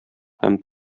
һәм